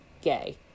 gay